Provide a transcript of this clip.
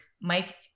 Mike